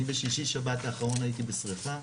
אני בשישי-שבת האחרון הייתי בשריפה,